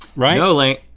right? no, link,